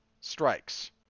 strikes